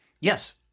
Yes